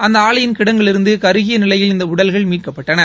அந்த ஆலையின் கிடங்கிலிருந்து கருகிய நிலையில் இந்த உடல்கள் மீட்கப்பட்டன